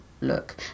look